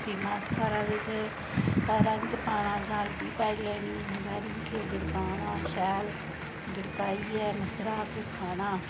फिर मासा हारा ओह्दे च रंग पाना जां हल्दी पाई लैनी बिंद हारी फिर ओह् गड़काना शैल गडकाइयै मद्धरा फिर खाना